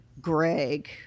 Greg